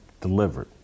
Delivered